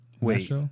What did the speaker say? Wait